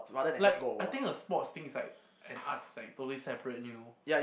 like I think a sports things like and arts like totally separate you know